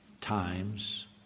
times